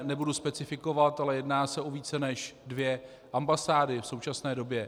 Nebudu specifikovat, ale jedná se o více než dvě ambasády v současné době.